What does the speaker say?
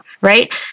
right